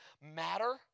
Matter